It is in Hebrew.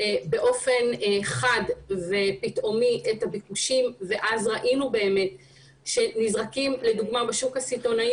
באופן חד ופתאומי את הביקושים ואז ראינו שנזרקים לדוגמה בשוק הסיטונאי